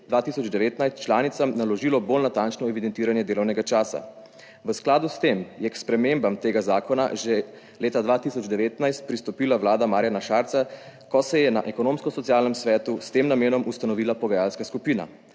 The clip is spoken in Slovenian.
2019 članicam naložilo bolj natančno evidentiranje delovnega časa. V skladu s tem je k spremembam tega zakona že leta 2019 pristopila vlada Marjana Šarca, ko se je na Ekonomsko-socialnem svetu s tem namenom ustanovila pogajalska skupina.